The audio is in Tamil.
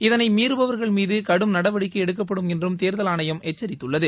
இதனை மீறுபவர்கள் மீது கடும் நடவடிக்கை எடுக்கப்படும என்றும் தேர்தல் ஆணையம் எச்சரித்துள்ளது